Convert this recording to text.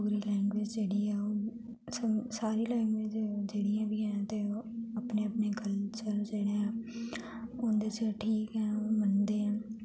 Dogri language जेह्ड़ी ऐ ओह् सारी लैंग्वेज़ जेह्ड़ियां बी हैन ते ओह् अपने अपने कल्चर जेह्ड़ा ऐ उं'दे आस्तै ठीक गै हेन ओह् मनदे ऐ